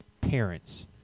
parents